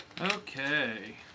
Okay